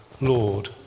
Lord